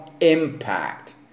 impact